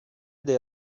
they